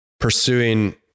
pursuing